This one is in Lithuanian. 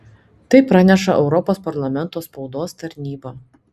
tai praneša europos parlamento spaudos tarnyba